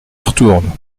retourne